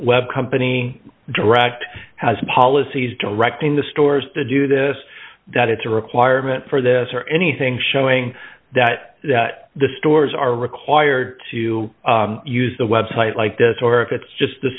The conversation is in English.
web company direct has policies directing the stores to do this that it's a requirement for this or anything showing that the stores are required to use the website like this or if it's just the